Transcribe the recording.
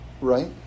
right